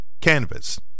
canvas